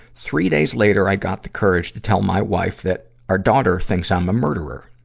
three days later, i got the courage to tell my wife that our daughter thinks i'm a murderer.